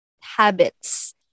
habits